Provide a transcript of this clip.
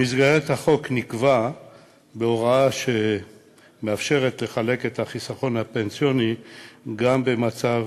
במסגרת החוק נקבעה הוראה שמאפשרת לחלק חיסכון פנסיוני גם במצב